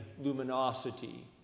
luminosity